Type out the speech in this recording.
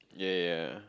ya ya ya ya